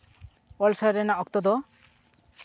ᱚᱞ ᱥᱟᱶᱦᱮᱫ ᱨᱮᱱᱟᱜ ᱚᱠᱛᱚ ᱫᱚ